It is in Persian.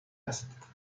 است